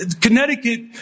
Connecticut